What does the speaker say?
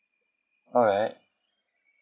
alright